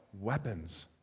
weapons